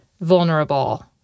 vulnerable